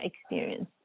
experience